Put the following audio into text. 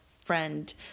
friend